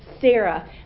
Sarah